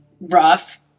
rough